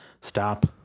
Stop